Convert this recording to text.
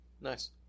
Nice